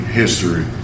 history